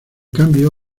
cambio